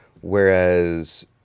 whereas